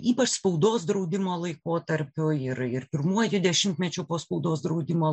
ypač spaudos draudimo laikotarpiu ir ir pirmuoju dešimtmečiu po spaudos draudimo